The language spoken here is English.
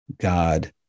God